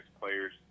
players